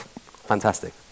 fantastic